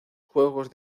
juegos